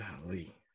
golly